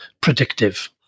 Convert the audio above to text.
predictive